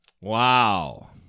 Wow